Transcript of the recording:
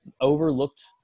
overlooked